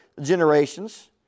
generations